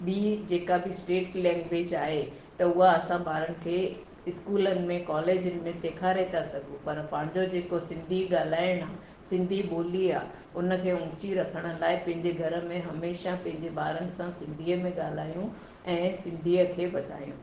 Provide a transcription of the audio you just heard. ॿीं जेका बि स्टेट लैंगवेज आहे त उहा असां ॿारनि खे स्कूलनि में कॉलेजनि में सेखारे था सघूं पर पंहिंजो जेको सिंधी ॻाल्हाइणु आहे सिंधी ॿोली आहे उनखे ऊची रखण लाइ पंहिंजे घर में हमेशह पंहिंजे ॿारनि सां सिंधीअ में ॻाल्हायूं ऐं सिंधीअ खे वधायूं